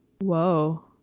whoa